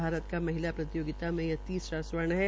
भारत का महिला प्रतियोगिता में यह तीसरा स्वर्ण है